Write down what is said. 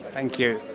thank you.